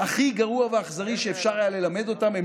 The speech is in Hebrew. הכי גרוע ואכזרי שאפשר היה ללמד אותם.